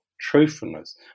truthfulness